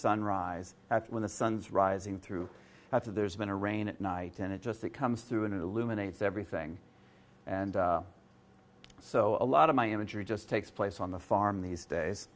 sunrise that's when the sun's rising through after there's been a rain at night and it just it comes through and illuminates everything and so a lot of my imagery just takes place on the farm these days